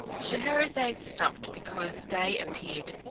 scheherazade stopped, because day appeared,